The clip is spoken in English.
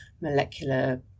molecular